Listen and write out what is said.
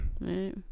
right